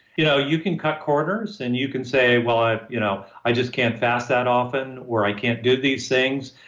you know you can cut corners and you can say, well, i you know i just can't fast that often, or i can't do these things.